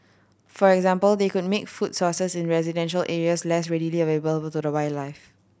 for example they could make food sources in residential areas less readily available to the wildlife